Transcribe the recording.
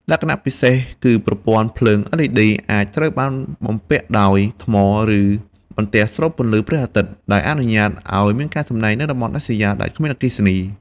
ចំណែកឯគុណសម្បត្តិនៃការអាប់ដេតទៅជា LEDគឺវាមានប្រសិទ្ធភាពខ្ពស់ប្រើថាមពលតិចជាងប្រភពពន្លឺបុរាណ ដូចជា ចង្កៀងភ្លើងជាដើម។